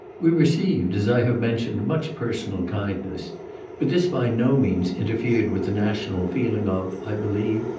we received, as i have mentioned, much personal kindness but this by no means interfered with the national feeling of, i believe,